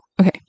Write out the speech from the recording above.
Okay